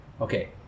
Okay